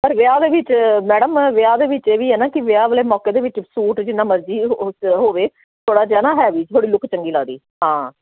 ਪਰ ਵਿਆਹ ਦੇ ਵਿੱਚ ਮੈਡਮ ਵਿਆਹ ਦੇ ਵਿੱਚ ਇਹ ਵੀ ਹੈ ਨਾ ਕਿ ਵਿਆਹ ਵਾਲੇ ਮੌਕੇ ਦੇ ਵਿੱਚ ਸੂਟ ਜਿੰਨਾ ਮਰਜ਼ੀ ਹੋਵੇ ਥੋੜ੍ਹਾ ਜਿਹਾ ਨਾ ਹੈਵੀ ਥੋੜ੍ਹੀ ਲੁਕ ਚੰਗੀ ਲੱਗਦੀ ਹਾਂ